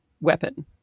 weapon